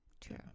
True